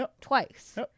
twice